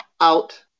out